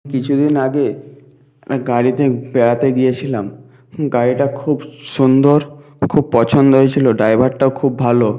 কিছু দিন আগে একটা গাড়িতে বেড়াতে গিয়েছিলাম গাড়িটা খুব সুন্দর খুব পছন্দ হয়েছিল ড্রাইভারটাও খুব ভালো